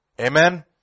amen